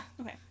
Okay